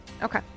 Okay